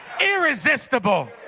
irresistible